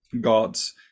gods